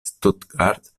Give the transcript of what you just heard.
stuttgart